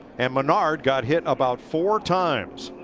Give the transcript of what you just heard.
and menard got hit about four times.